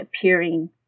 appearing